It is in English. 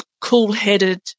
cool-headed